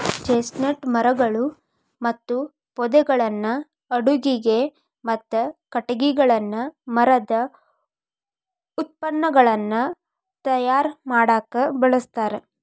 chestnut ಮರಗಳು ಮತ್ತು ಪೊದೆಗಳನ್ನ ಅಡುಗಿಗೆ, ಮತ್ತ ಕಟಗಿಗಳನ್ನ ಮರದ ಉತ್ಪನ್ನಗಳನ್ನ ತಯಾರ್ ಮಾಡಾಕ ಬಳಸ್ತಾರ